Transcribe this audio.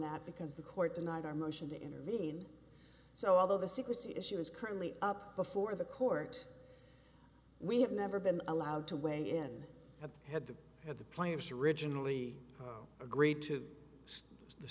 that because the court denied our motion to intervene so although the secrecy issue is currently up before the court we have never been allowed to weigh in have had to have the players originally agreed to the